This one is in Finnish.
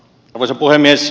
arvoisa puhemies